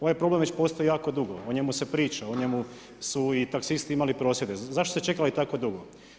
Ovaj problem već postoji jako dugo, o njemu se priča, o njemu su i taksisti imali prosvjede, zašto ste čekali tako dugo?